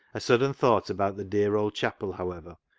a sudden thought about the dear old chapel, however,